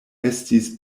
estis